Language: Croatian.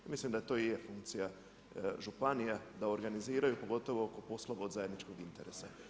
Mislim da to i je funkcija županija, da organiziraju, pogotovo oko poslova od zajedničkog interesa.